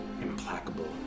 implacable